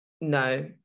no